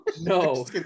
no